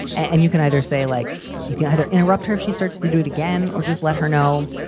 and you can either say like you can either interrupt her if she starts to do it again or just let her know.